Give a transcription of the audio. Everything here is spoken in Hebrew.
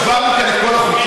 שברתם כאן את כל החוקים,